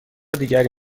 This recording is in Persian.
دیگری